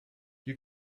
you